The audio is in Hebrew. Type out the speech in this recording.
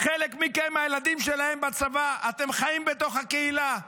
חלק מכם, הילדים שלכם בצבא, אתם חיים בתוך הקהילה.